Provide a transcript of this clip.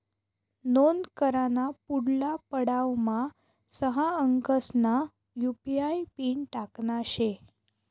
नोंद कराना पुढला पडावमा सहा अंकसना यु.पी.आय पिन टाकना शे